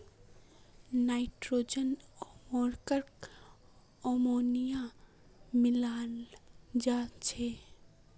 nitrogen उर्वरकत ammonia मिलाल जा छेक